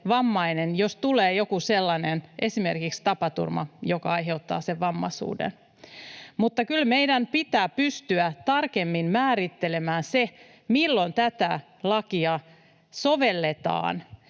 joku sellainen tapaturma, joka aiheuttaa sen vammaisuuden. Mutta kyllä meidän pitää pystyä tarkemmin määrittelemään se, milloin tätä lakia sovelletaan,